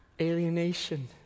Alienation